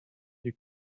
you